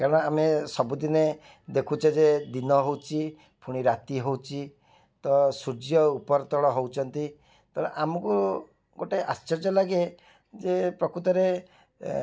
କାରଣ ଆମେ ସବୁଦିନେ ଦେଖୁଛେ ଯେ ଦିନ ହେଉଛି ପୁଣି ରାତି ହେଉଛି ତ ସୂର୍ଯ୍ୟ ଉପର ତଳ ହେଉଛନ୍ତି ତ ଆମକୁ ଗୋଟେ ଆଶ୍ଚର୍ଯ୍ୟ ଲାଗେ ଯେ ପ୍ରକୃତରେ